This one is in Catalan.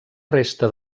resta